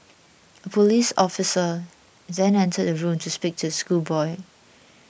a police officer then entered the room to speak to the schoolboy